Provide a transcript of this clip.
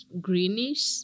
greenish